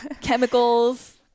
chemicals